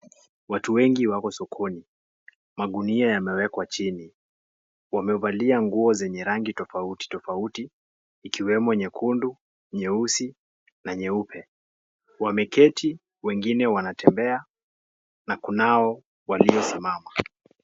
Watu wengi wako sokoni, magunia yameekwa chini, wamevalia nguo zenye rangi tofauti tofauti, ikiwemo nyekundu, nyeusi na nyeupe wameketi, wengine wanatembea na kunao waliosimama.